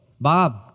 Bob